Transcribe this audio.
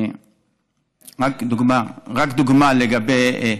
רק דוגמה לגבי,